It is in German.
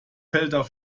felder